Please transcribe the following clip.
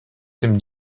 tym